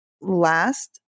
last